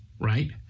right